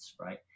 right